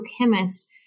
chemist